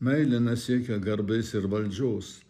meilė nesiekia garbės ir valdžios